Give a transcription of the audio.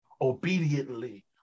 obediently